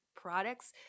products